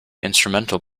instrumental